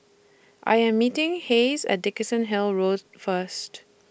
I Am meeting Hayes At Dickenson Hill Road First